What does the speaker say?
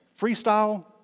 Freestyle